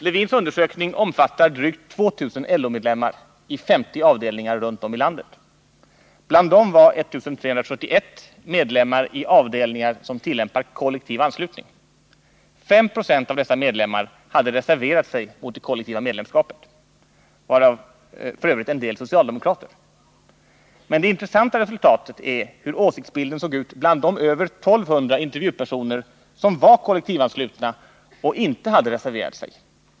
Lewins undersökning omfattar drygt 2000 LO-medlemmar i 50 avdelningar runt om i landet. Bland dem var 1 371 medlemmar i avdelningar som tillämpar kollektiv anslutning. 5 96 av dessa medlemmar hade reserverat sig mot det kollektiva medlemskapet, varav f. ö. en del socialdemokrater. Men det intressanta resultatet är hur åsiktsbilden såg ut bland de över 1200 Nr 28 intervjupersoner som var kollektivanslutna och inte hade reserverat sig.